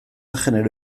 genero